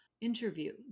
interview